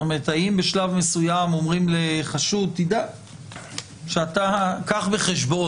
האם בשלב מסוים אומרים לחשוד שייקח בחשבון